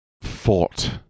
fought